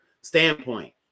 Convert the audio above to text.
standpoint